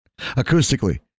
acoustically